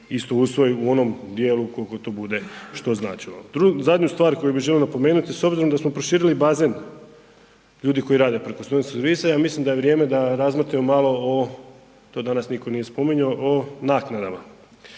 isto usvoji u onom dijelu kolko to bude što značilo. Zadnju stvar koju bi želio napomenuti, s obzirom da smo proširili bazen ljudi koji rade preko student servisa, ja mislim da je vrijeme da razmotrimo malo o, to danas